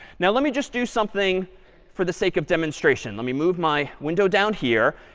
now, let me just do something for the sake of demonstration. let me move my window down here.